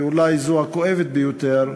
ואולי זו הכואבת ביותר,